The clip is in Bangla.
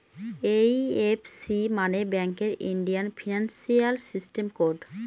এই.এফ.সি মানে ব্যাঙ্কের ইন্ডিয়ান ফিনান্সিয়াল সিস্টেম কোড